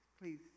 please